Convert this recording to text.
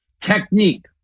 technique